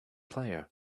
player